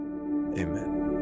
Amen